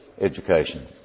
education